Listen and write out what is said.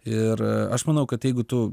ir aš manau kad jeigu tu